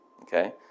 Okay